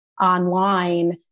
online